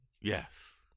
Yes